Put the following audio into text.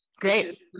Great